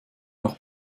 nach